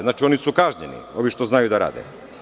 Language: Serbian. Znači oni su kažnjeni, ovi što znaju da rade.